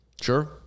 Sure